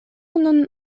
nun